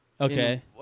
Okay